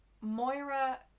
Moira